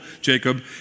Jacob